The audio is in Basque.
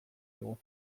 digu